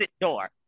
door